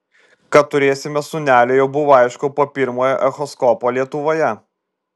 kad turėsime sūnelį jau buvo aišku po pirmojo echoskopo lietuvoje